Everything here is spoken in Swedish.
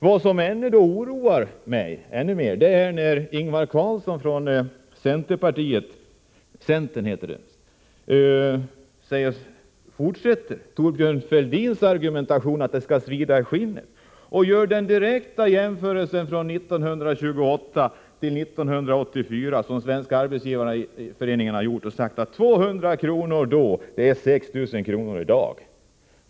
Vad som oroar mig ännu mer är att Ingvar Karlsson i Bengtsfors från centern följer upp Thorbjörns Fälldins argument att det skall svida i skinnet. Han gör precis samma jämförelse som SAF, nämligen att 200 kr. i skadestånd år 1928 skall motsvaras av 6 000 kr. i dag.